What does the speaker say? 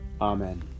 Amen